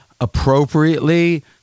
appropriately